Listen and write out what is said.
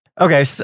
okay